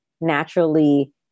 naturally